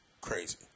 Crazy